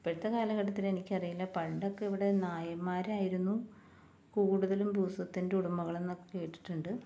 ഇപ്പഴത്തെ കാലഘട്ടത്തില് എനിക്കറിയില്ല പണ്ടൊക്കെ ഇവിടെ നായന്മാരായിരുന്നു കൂടുതലും ഭൂസ്വത്തിന്റെ ഉടമകള് എന്നൊക്കെ കേട്ടിട്ടുണ്ട്